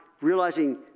realizing